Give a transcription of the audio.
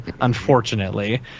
unfortunately